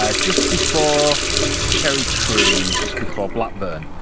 ah just before cherry tree, just before blackburn.